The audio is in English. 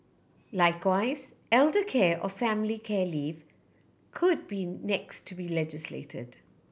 likewise elder care or family care leave could be next to be legislated